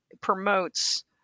promotes